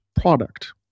product